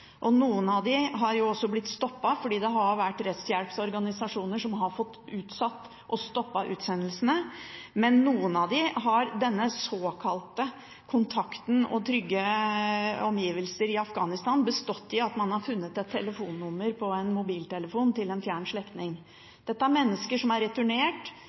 og noen av dem har jo også blitt stoppet fordi det har vært rettshjelpsorganisasjoner som har fått utsatt og stanset utsendelsene, men i noen av sakene har denne såkalte kontakten og de trygge omgivelsene i Afghanistan bestått i at man har funnet et mobiltelefonnummer til en fjern slektning. Dette er mennesker som er returnert,